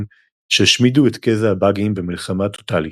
שהשמידו את גזע הבאגים במלחמה טוטאלית.